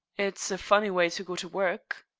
it's a funny way to go to work.